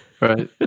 Right